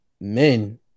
Men